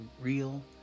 real